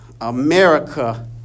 America